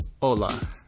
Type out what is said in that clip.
Hola